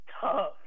tough